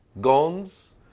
Guns